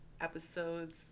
episodes